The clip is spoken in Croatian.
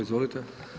Izvolite.